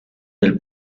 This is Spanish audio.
del